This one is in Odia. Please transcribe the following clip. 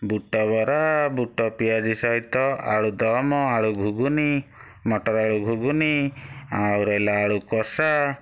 ବୁଟ ବରା ବୁଟ ପିଆଜି ସହିତ ଆଳୁଦମ ଆଳୁ ଘୁଗୁନି ମଟର ଆଳୁ ଘୁଗୁନି ଆଉ ରହିଲା ଆଳୁକଷା